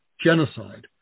genocide